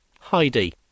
Heidi